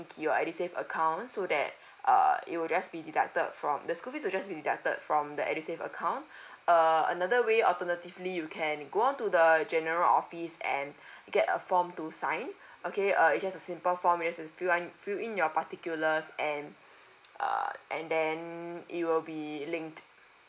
your edusave account so that uh it will just be deducted from the school fees will just be deducted from the edusave account uh another way alternatively you can go on to the general office and get a form to sign okay uh is just a simple form is to fill on fill in your particulars and uh and then it will be linked